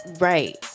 Right